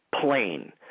plain